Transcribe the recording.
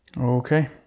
Okay